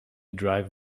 drive